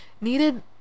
needed